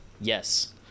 Yes